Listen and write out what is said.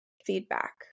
feedback